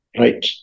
right